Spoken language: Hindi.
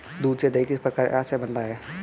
दूध से दही किस प्रक्रिया से बनता है?